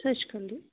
ਸਤਿ ਸ਼੍ਰੀ ਅਕਾਲ ਜੀ